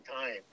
time